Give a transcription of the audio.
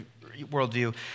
worldview